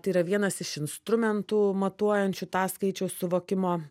tai yra vienas iš instrumentų matuojant šitą skaičiaus suvokimo